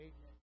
Amen